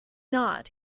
not